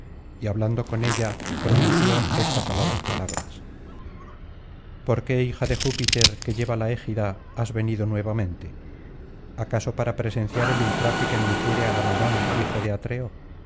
y hablando con ella pronunció estas aladas palabras por qué hija de júpiter que lleva la égida has venido nuevamente acaso para presenciar el ultraje que me infiere agamenón hijo de atreo